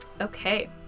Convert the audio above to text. Okay